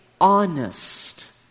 honest